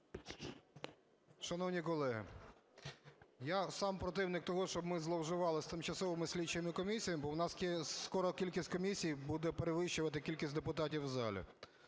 Шановні колеги, я сам противник того, щоб ми зловживали з тимчасовими слідчими комісіями, бо у нас скоро кількість комісій буде перевищувати кількість депутатів в залі.